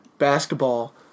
basketball